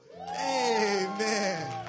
Amen